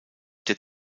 der